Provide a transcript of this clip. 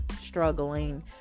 struggling